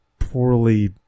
poorly